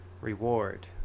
REWARD